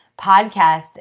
podcast